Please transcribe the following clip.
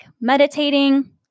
meditating